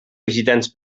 visitants